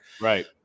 Right